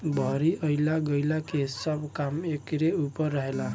बहरी अइला गईला के सब काम एकरे ऊपर रहेला